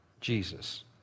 Jesus